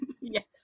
Yes